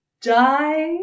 die